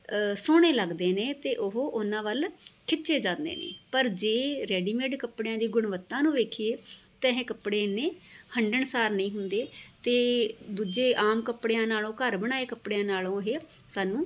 ਸੋਹਣੇ ਲੱਗਦੇ ਨੇ ਅਤੇ ਉਹ ਉਹਨਾਂ ਵੱਲ ਖਿੱਚੇ ਜਾਂਦੇ ਨੇ ਪਰ ਜੇ ਰੇਡੀਮੇਡ ਕੱਪੜਿਆਂ ਦੀ ਗੁਣਵੱਤਾ ਨੂੰ ਵੇਖੀਏ ਤਾਂ ਇਹ ਕੱਪੜੇ ਇੰਨੇ ਹੰਢਣਸਾਰ ਨਹੀਂ ਹੁੰਦੇ ਅਤੇ ਦੂਜੇ ਆਮ ਕੱਪੜਿਆਂ ਨਾਲੋਂ ਘਰ ਬਣਾਏ ਕੱਪੜਿਆਂ ਨਾਲ਼ੋਂ ਇਹ ਸਾਨੂੰ